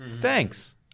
Thanks